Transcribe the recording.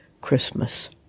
Christmas